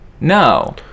no